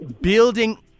building